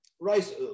rice